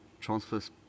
transfers